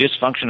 dysfunction